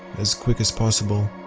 as quickly as possible.